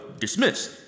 dismissed